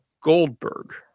Goldberg